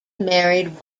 married